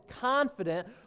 confident